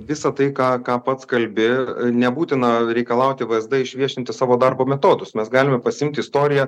visa tai ką ką pats kalbi nebūtina reikalauti vsd išviešinti savo darbo metodus mes galime pasiimti istoriją